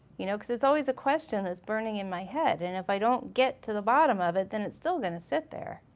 you know cause it's always a question that's burning in my head, and if i don't get to the bottom of it then it's still gonna sit there.